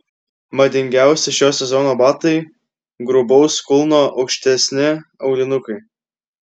madingiausi šio sezono batai grubaus kulno aukštesni aulinukai